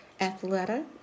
Athleta